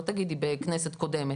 לא תגידי בכנסת קודמת.